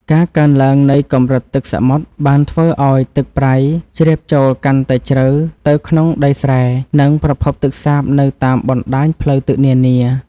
ការកើនឡើងនៃកម្រិតទឹកសមុទ្របានធ្វើឱ្យទឹកប្រៃជ្រាបចូលកាន់តែជ្រៅទៅក្នុងដីស្រែ និងប្រភពទឹកសាបនៅតាមបណ្ដាញផ្លូវទឹកនានា។